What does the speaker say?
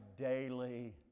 daily